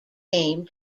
game